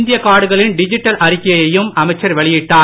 இந்திய காடுகளின் டிஜிட்டல் அறிக்கையையும் அமைச்சர் வெளியிட்டார்